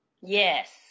Yes